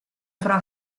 fra